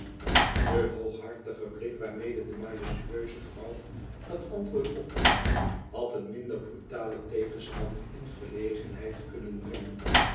de hooghartige blik waarmede de majestueuze vrouw dat antwoord opnam had een minder brutalen tegenstander in verlegenheid kunnen brengen